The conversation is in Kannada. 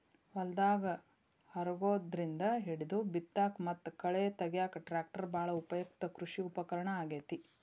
ಹೊಲದಾಗ ಹರಗೋದ್ರಿಂದ ಹಿಡಿದು ಬಿತ್ತಾಕ ಮತ್ತ ಕಳೆ ತಗ್ಯಾಕ ಟ್ರ್ಯಾಕ್ಟರ್ ಬಾಳ ಉಪಯುಕ್ತ ಕೃಷಿ ಉಪಕರಣ ಆಗೇತಿ